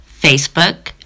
Facebook